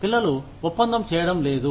పిల్లలు ఒప్పందం చేయడం లేదు